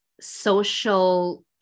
social